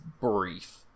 brief